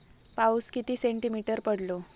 पाऊस किती सेंटीमीटर पडलो?